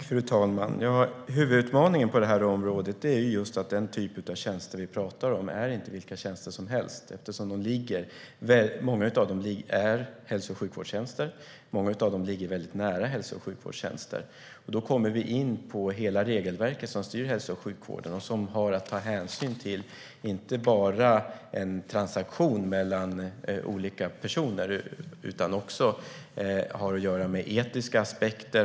Fru talman! Huvudutmaningen på området är just att den typ av tjänster vi pratar om inte är vilka tjänster som helst, eftersom många av dem är hälso och sjukvårdstjänster. Många av dem ligger också väldigt nära hälso och sjukvårdstjänster. Då kommer vi in på hela det regelverk som styr hälso och sjukvården och som, utöver att ta hänsyn till en transaktion mellan olika personer, också har att göra med etiska aspekter.